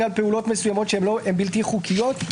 על פעולות מסוימות שהן בלתי חוקיות".